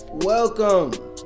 Welcome